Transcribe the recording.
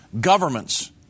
governments